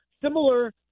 similar